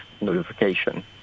notification